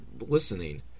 listening